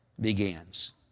begins